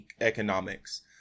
economics